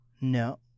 No